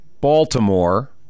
Baltimore